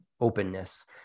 openness